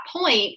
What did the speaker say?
point